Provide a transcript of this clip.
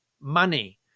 money